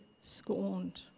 scorned